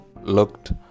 looked